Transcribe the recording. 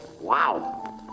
Wow